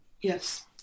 Yes